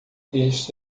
este